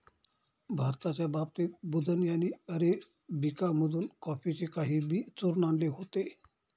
भारताच्या बाबा बुदन यांनी अरेबिका मधून कॉफीचे काही बी चोरून आणले होते